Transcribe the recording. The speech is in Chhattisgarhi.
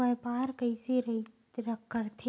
व्यापार कइसे करथे?